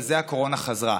בגלל זה הקורונה חזרה.